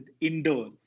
indoor